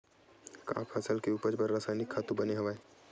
का फसल के उपज बर रासायनिक खातु बने हवय?